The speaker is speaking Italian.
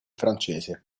francese